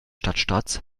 stadtstaats